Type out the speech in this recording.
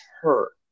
hurt